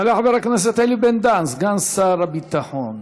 יעלה חבר הכנסת אלי בן-דהן, סגן שר הביטחון,